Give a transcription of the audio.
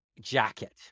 jacket